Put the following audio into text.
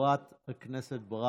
חברת הכנסת ברק,